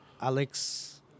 Alex